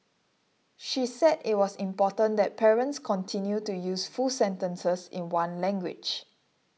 she said it was important that parents continue to use full sentences in one language